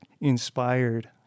inspired